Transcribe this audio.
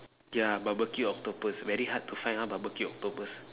yeah barbecue octopus very hard to find !huh! barbecue octopus